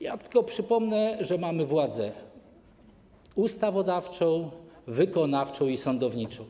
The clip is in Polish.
Ja tylko przypomnę, że mamy władzę ustawodawczą, wykonawczą i sądowniczą.